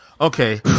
Okay